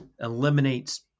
eliminates